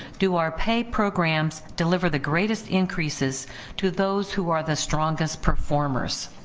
do our pay programs deliver the greatest increases to those who are the strongest performers?